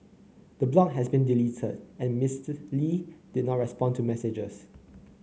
the blog has been deleted and Mister Lee did not respond to messagers